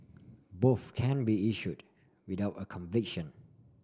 both can be issued without a conviction